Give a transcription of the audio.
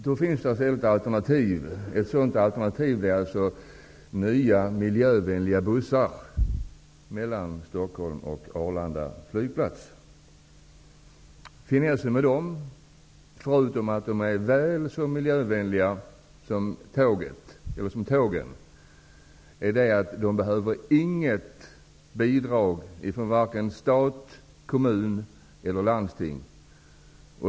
Då finns det alltså ett alternativ, nämligen nya miljövänliga bussar mellan Stockholm och Arlanda flygplats. Finessen med dem, förutom att de är väl så miljövänliga som tågen, är att de inte behöver något bidrag från stat, kommun eller landsting.